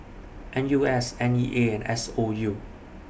N U S N E A and S O U